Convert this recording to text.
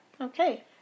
okay